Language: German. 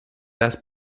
das